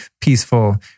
peaceful